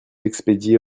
expédier